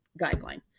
guideline